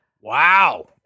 Wow